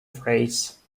phrase